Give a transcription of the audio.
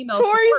Tori